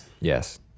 Yes